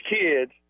kids